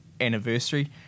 anniversary